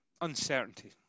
Uncertainty